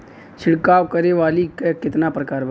छिड़काव करे वाली क कितना प्रकार बा?